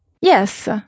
Yes